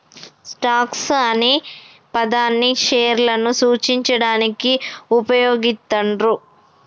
stocks అనే పదాన్ని షేర్లను సూచించడానికి వుపయోగిత్తండ్రు